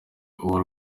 uwa